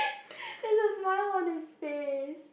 there's a smile on his face